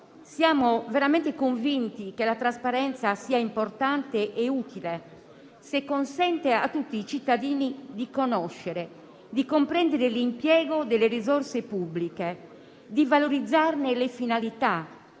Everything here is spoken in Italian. siamo veramente convinti che la trasparenza sia importante e utile se consente a tutti i cittadini di conoscere, di comprendere l'impiego delle risorse pubbliche, di valorizzarne le finalità,